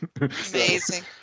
Amazing